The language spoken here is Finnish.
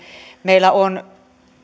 meillä on